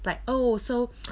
like oh so